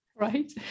right